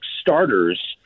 starters